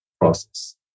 process